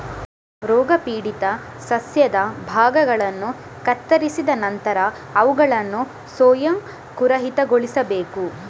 ರೋಗಪೀಡಿತ ಸಸ್ಯದ ಭಾಗಗಳನ್ನು ಕತ್ತರಿಸಿದ ನಂತರ ಅವುಗಳನ್ನು ಸೋಂಕುರಹಿತಗೊಳಿಸಬೇಕು